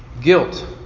guilt